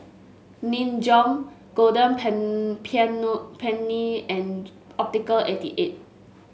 Nin Jiom Golden Peony and Optical eighty eight